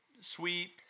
sweet